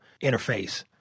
interface